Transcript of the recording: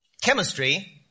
Chemistry